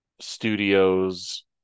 studios